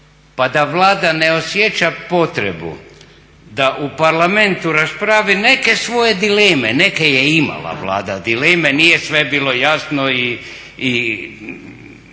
pa da Vlada ne osjeća potrebu da u Parlamentu raspravi neke svoje dileme, neke je imala Vlada dileme, nije sve bilo jasno i